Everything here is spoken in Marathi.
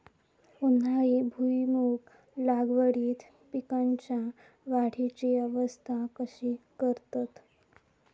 उन्हाळी भुईमूग लागवडीत पीकांच्या वाढीची अवस्था कशी करतत?